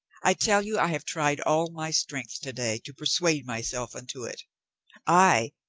i tell you i have tried all my strength to-day to persuade myself into it ay,